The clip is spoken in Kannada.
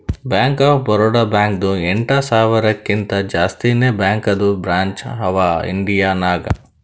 ಬ್ಯಾಂಕ್ ಆಫ್ ಬರೋಡಾ ಬ್ಯಾಂಕ್ದು ಎಂಟ ಸಾವಿರಕಿಂತಾ ಜಾಸ್ತಿನೇ ಬ್ಯಾಂಕದು ಬ್ರ್ಯಾಂಚ್ ಅವಾ ಇಂಡಿಯಾ ನಾಗ್